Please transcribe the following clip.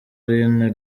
aline